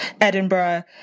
Edinburgh